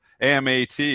AMAT